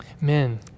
men